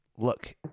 Look